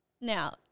now